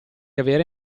avere